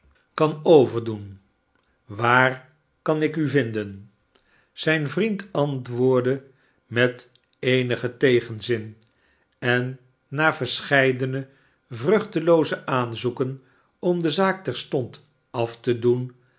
kan overdoen waar kan ik u vinden zijn vriend antwoordde met eenigen tegenzin en na verscheidene vruchtelooze aanzoeken om de zaak terstond af te doen